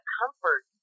comfort